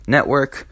Network